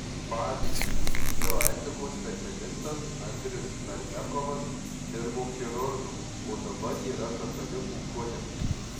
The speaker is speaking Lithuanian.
pavyzdžiui bioetikos specialistas andrius narbekovas dirbo chirurgu o dabar yra katalikų kunigas